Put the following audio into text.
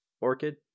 Orchid